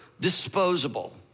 disposable